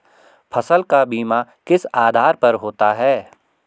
फसल का बीमा किस आधार पर होता है?